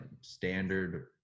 standard